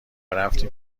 رفتیم